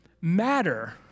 matter